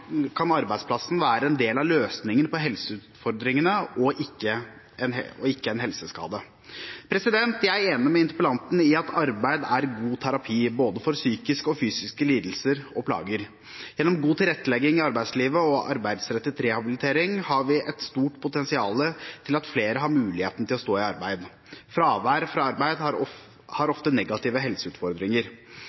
kan arbeidsplassen være en del av løsningen på helseutfordringene – og ikke til skade for helsen. Jeg er enig med interpellanten i at arbeid er god terapi, for både psykiske og fysiske lidelser og plager. Gjennom god tilrettelegging i arbeidslivet og arbeidsrettet rehabilitering har vi et stort potensial til at flere har muligheten til å stå i arbeid. Fravær fra arbeid fører ofte til negative helseutfordringer.